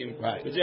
Right